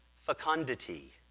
fecundity